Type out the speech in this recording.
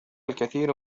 الكثير